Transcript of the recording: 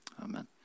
Amen